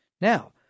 Now